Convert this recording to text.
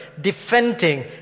defending